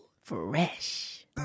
Fresh